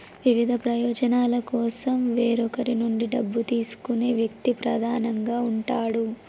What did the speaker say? వివిధ ప్రయోజనాల కోసం వేరొకరి నుండి డబ్బు తీసుకునే వ్యక్తి ప్రధానంగా ఉంటాడు